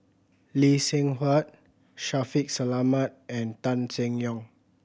Lee Seng Huat Shaffiq Selamat and Tan Seng Yong